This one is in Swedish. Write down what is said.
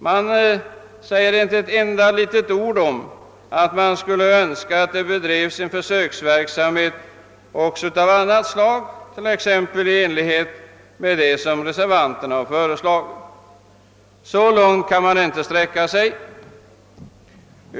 Man säger inte ett enda ord om att man skulle önska att det bedrevs en försöksverksamhet också av annat slag, t.ex. i enlighet med vad reservanterna föreslagit — så långt kan man inte sträcka sig.